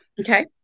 okay